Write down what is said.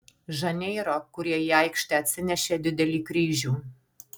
žaneiro kurie į aikštę atsinešė didelį kryžių